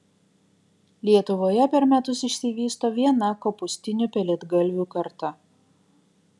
lietuvoje per metus išsivysto viena kopūstinių pelėdgalvių karta